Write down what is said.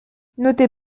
notez